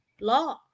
law